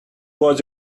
was